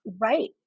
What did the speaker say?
Right